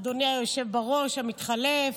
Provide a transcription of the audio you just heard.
אדוני היושב בראש המתחלף,